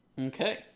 Okay